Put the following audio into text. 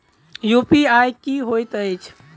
UPI की होइत अछि